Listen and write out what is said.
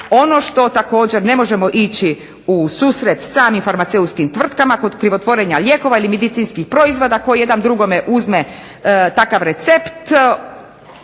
Ono što također ne možemo ići u susret samim farmaceutskim tvrtkama kod krivotvorenja lijekova ili medicinskih proizvoda tko jedan drugome uzme takav recept